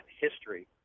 history